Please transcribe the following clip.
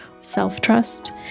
self-trust